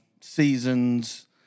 seasons